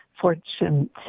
fortune